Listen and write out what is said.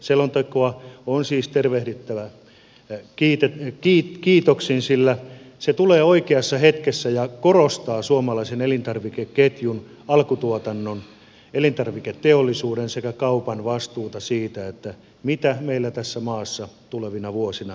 selontekoa on siis tervehdittävä kiitoksin sillä se tulee oikeassa hetkessä ja korostaa suomalaisen elintarvikeketjun alkutuotannon elintarviketeollisuuden sekä kaupan vastuuta siitä mitä meillä tässä maassa tulevina vuosina tulee tapahtumaan